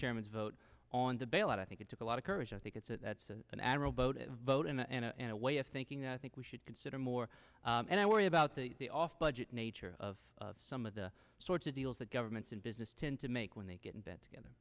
chairman's vote on the bailout i think it took a lot of courage i think it's an arrow bow to vote in and a way of thinking i think we should consider more and i worry about the the off budget nature of some of the sorts of deals that governments and business tend to make when they get in bed together